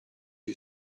you